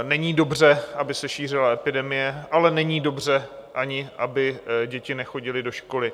Není dobře, aby se šířila epidemie, ale není dobře ani, aby děti nechodily do školy.